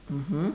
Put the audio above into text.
mmhmm